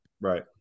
Right